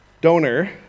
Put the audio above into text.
donor